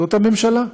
זאת הממשלה.